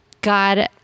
God